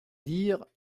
dire